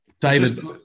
david